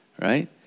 right